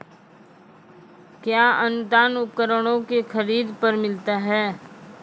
कया अनुदान उपकरणों के खरीद पर मिलता है?